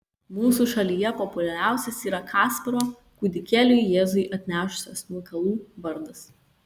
mūsų šalyje populiariausias yra kasparo kūdikėliui jėzui atnešusio smilkalų vardas